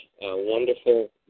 wonderful